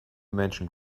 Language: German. menschen